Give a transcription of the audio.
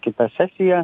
kitą sesiją